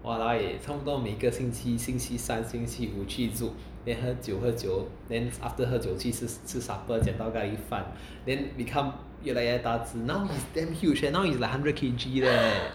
!walao! eh 差不多每个星期星期三星期五去 zouk then 喝酒喝酒 then after 喝酒去吃 supper 讲话边吃饭 then become 越来越大只 now he's damn huge now he's like hundred K_G leh